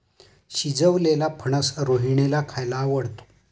शिजवलेलेला फणस रोहिणीला खायला आवडतो